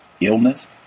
illness